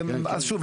אז שוב,